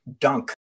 dunk